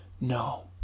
no